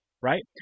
right